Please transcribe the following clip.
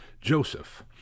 Joseph